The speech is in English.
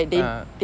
ah